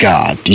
God